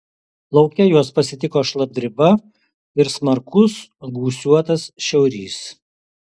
lauke juos pasitiko šlapdriba ir smarkus gūsiuotas šiaurys